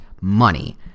money